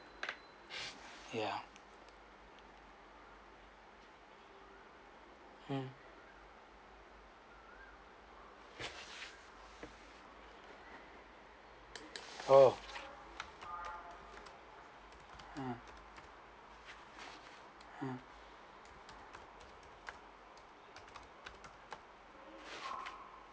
yeah um oh um